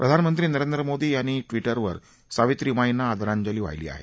प्रधानमंत्री नरेंद्र मोदी यांनी ट्विटरवर सावित्रीमाईंना आदरांजली वाहिली आहे